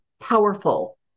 powerful